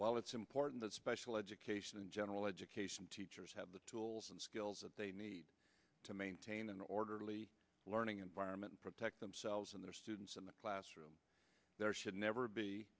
while it's important that special education and general education teachers have the tools and skills that they need to maintain an orderly learning environment protect themselves and their students in the classroom there should never be